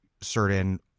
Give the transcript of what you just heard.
certain